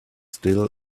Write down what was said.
still